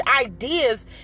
ideas